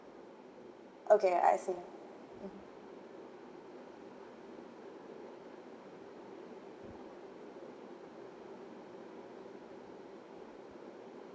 okay I see mm